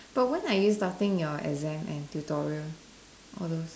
but when are you starting your exam and tutorial all those